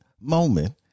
moment